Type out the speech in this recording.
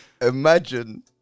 imagine